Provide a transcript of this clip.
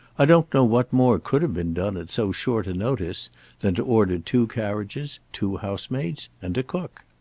i don't know what more could have been done at so short a notice than to order two carriages, two housemaids, and a cook.